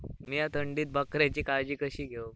मीया थंडीत बकऱ्यांची काळजी कशी घेव?